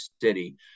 city